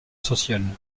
social